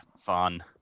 fun